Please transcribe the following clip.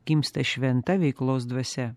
gimsta šventa veiklos dvasia